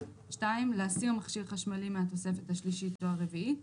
להסיר מכשיר חשמלי מהתוספת השלישית או הרביעית,